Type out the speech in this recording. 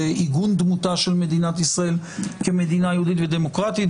בעיגון דמותה של מדינת ישראל כמדינה יהודית ודמוקרטית,